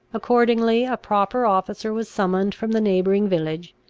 accordingly a proper officer was summoned from the neighbouring village,